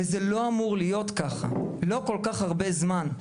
וזה לא אמור להיות ככה, לא כל כך הרבה זמן.